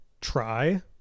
try